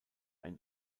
ein